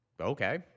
okay –